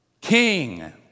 King